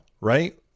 right